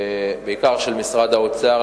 בעיקר של משרד האוצר,